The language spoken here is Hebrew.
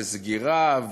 וסגירה,